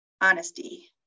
honesty